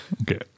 Okay